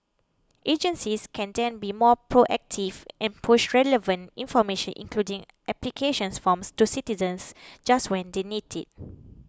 agencies can then be more proactive and push relevant information including applications forms to citizens just when they need it